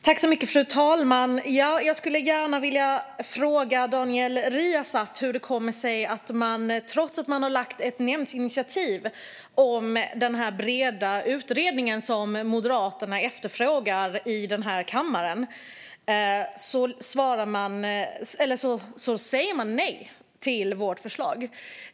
Fru talman! Jag vill gärna fråga Daniel Riazat hur det kommer sig att ni trots att ni gjort ett utskottsinitiativ om den breda utredning som Moderaterna efterfrågar i kammaren säger nej till vårt förslag.